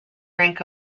rank